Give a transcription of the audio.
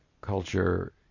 culture